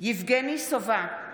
יבגני סובה,